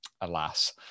alas